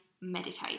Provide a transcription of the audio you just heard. meditate